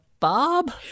Bob